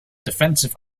defensive